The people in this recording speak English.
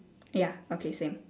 ya okay same